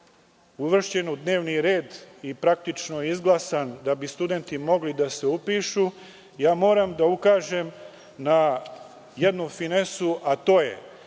uvršćen u dnevni red i izglasan, da bi studenti mogli da se upišu, moram da ukažem na jednu finesu. Da smo to